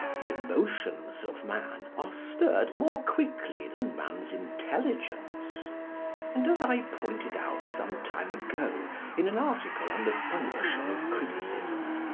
the emotions of man are stirred more quickly than man's intelligence and, as i pointed out some time ago in an article on the function of criticism,